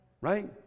Right